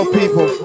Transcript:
people